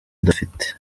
adafite